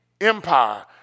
empire